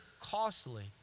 costly